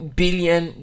billion